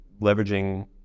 Leveraging